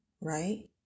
right